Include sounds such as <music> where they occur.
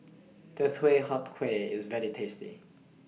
<unintelligible> Huat Kueh IS very tasty